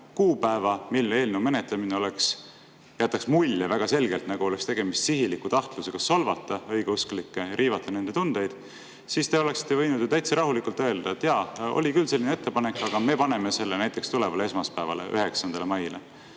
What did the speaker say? kuupäeva, mil eelnõu menetlemine jätaks väga selgelt mulje, nagu oleks tegemist sihiliku tahtlusega solvata õigeusklikke, riivata nende tundeid, siis te oleksite võinud ju täitsa rahulikult öelda, et jaa, oli küll selline ettepanek, aga me paneme selle [arutelu] näiteks tulevale esmaspäevale või